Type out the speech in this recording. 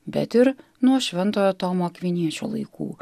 bet ir nuo šventojo tomo akviniečio laikų